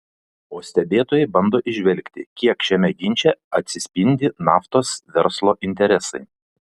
o stebėtojai bando įžvelgti kiek šiame ginče atsispindi naftos verslo interesai